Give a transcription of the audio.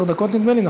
עשר דקות, נדמה לי.